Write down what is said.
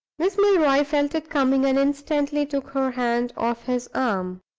miss milroy felt it coming, and instantly took her hand off his arm.